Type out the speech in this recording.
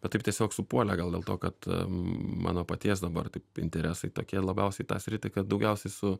bet taip tiesiog supuolė gal dėl to kad mano paties dabar taip interesai tokie labiausiai tą sritį kad daugiausiai su